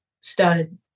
started